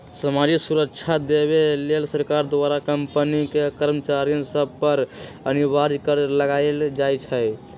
सामाजिक सुरक्षा देबऐ लेल सरकार द्वारा कंपनी आ कर्मचारिय सभ पर अनिवार्ज कर लगायल जाइ छइ